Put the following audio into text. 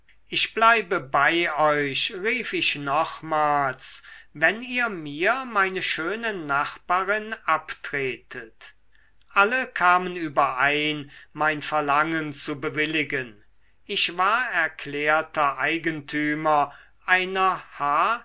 ich bleibe bei euch rief ich nochmals wenn ihr mir meine schöne nachbarin abtretet alle kamen überein mein verlangen zu bewilligen ich war erklärter eigentümer einer